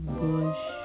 bush